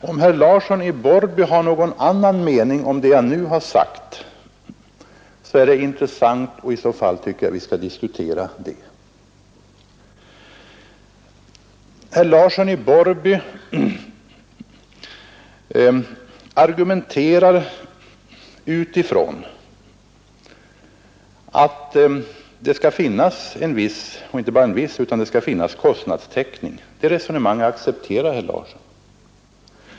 Om herr Larsson i Borrby har någon annan mening om det jag nu har sagt är det intressant, och i så fall tycker jag att vi skall diskutera det. Herr Larsson i Borrby argumenterar från den utgångspunkten att det skall finnas kostnadstäckning för trafikverksamheten. Det resonemanget accepterar herr Larsson.